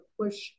push